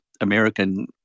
american